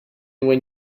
when